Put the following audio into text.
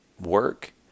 work